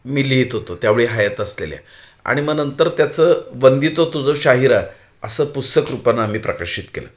मी लिहित होतो त्यावेळी हयात असलेल्या आणि मग नंतर त्याचं वंदितो तुज शाहिरा असं पुस्तक रूपानं आम्ही प्रकाशित केलं